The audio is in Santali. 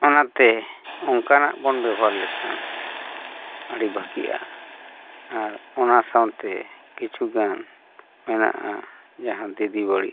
ᱚᱱᱟᱛᱮ ᱚᱝᱠᱟᱱᱟᱜ ᱵᱚᱱ ᱵᱮᱵᱚᱦᱟᱨ ᱞᱮᱠᱷᱟᱱ ᱟᱹᱰᱤ ᱵᱷᱟᱹᱜᱤᱜᱼᱟ ᱟᱨ ᱚᱱᱟ ᱥᱟᱶᱛᱮ ᱠᱤᱪᱷᱩᱜᱟᱱ ᱢᱮᱱᱟᱜᱼᱟ ᱡᱟᱦᱟᱸ ᱫᱤᱫᱤᱵᱟᱲᱤ